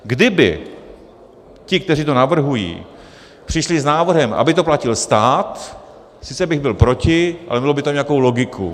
Kdyby ti, kteří to navrhují, přišli s návrhem, aby to platil stát, sice bych byl proti, ale mělo by to nějakou logiku.